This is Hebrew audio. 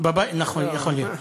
נכון, יכול להיות.